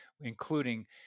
including